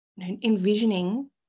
envisioning